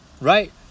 Right